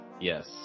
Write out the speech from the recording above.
Yes